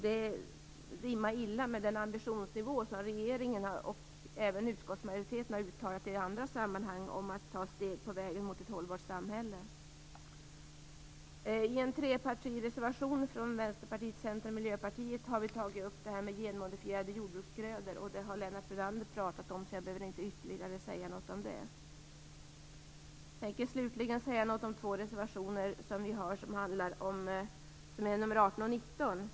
Det rimmar illa med den ambitionsnivå som regeringen och utskottsmajoriteten har uttalat i andra sammanhang om att ta steg på vägen mot ett hållbart samhälle. I en trepartireservation från Vänsterpartiet, Centern och Miljöpartiet har vi tagit upp detta med genmodifierade jordbruksgrödor. Det har Lennart Brunander pratat om, så jag behöver inte säga något ytterligare om det. Jag tänker slutligen säga någonting om två reservationer, nr 18 och 19.